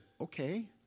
okay